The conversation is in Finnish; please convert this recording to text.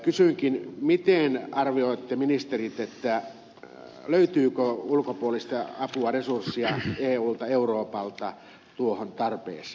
kysynkin miten arvioitte ministerit löytyykö ulkopuolista apua resurssia eulta euroopalta tuohon tarpeeseen